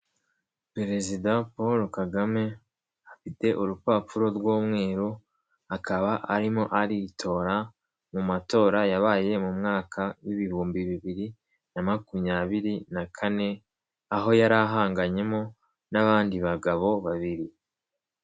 Perezida Paul KAGAME afite urupapuro rw'umweru akaba arimo aritora, mu matora yabaye mu mwaka w'ibihumbi bibiri na makumyabiri na kane, aho yari ahanganyemo n'abandi bagabo babiri.